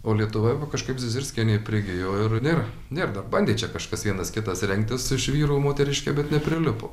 o lietuvoje va kažkaip zizirskienė prigijo ir nėra nėr dar bandė čia kažkas vienas kitas rengtis iš vyrų moteriške bet neprilipo